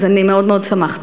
אז אני מאוד מאוד שמחתי.